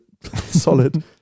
solid